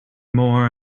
more